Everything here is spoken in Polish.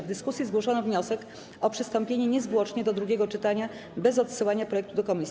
W dyskusji zgłoszono wniosek o przystąpienie niezwłocznie do drugiego czytania, bez odsyłania projektu do komisji.